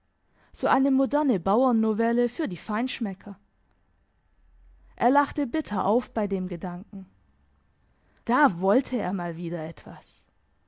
so eine moderne bauernnovelle für die feinschmecker er lachte bitter auf bei dem gedanken da wollte er mal wieder etwas